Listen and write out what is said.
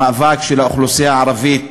המאבק של האוכלוסייה הערבית